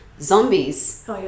Zombies